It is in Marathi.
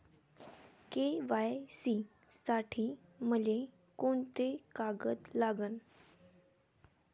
के.वाय.सी साठी मले कोंते कागद लागन?